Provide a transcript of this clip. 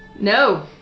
No